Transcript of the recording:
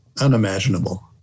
unimaginable